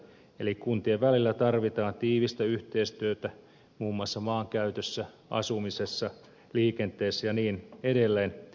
eli kuntien välillä tarvitaan tiivistä yhteistyötä muun muassa maankäytössä asumisessa liikenteessä ja niin edelleen